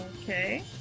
Okay